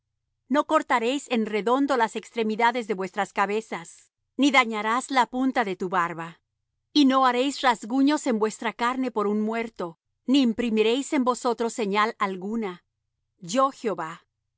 no cortaréis en redondo las extremidades de vuestras cabezas ni dañarás la punta de tu barba y no haréis rasguños en vuestra carne por un muerto ni imprimiréis en vosotros señal alguna yo jehová no